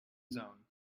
zone